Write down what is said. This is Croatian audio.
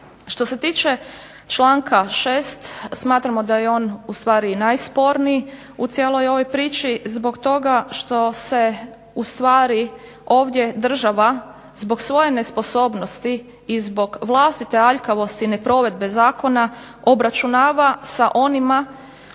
Što se tiče članka 6., smatramo da je on najsporniji u cijeloj ovoj priči, zbog toga što se ovdje država zbog svoje nesposobnosti i zbog vlastite aljkavosti i neprovedbe zakona obračunava sa onima